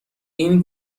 این